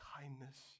kindness